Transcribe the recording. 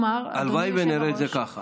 הלוואי שנראה את זה כך.